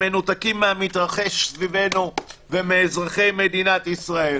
מנותקים מהמתרחש סביבנו ומאזרחי מדינת ישראל.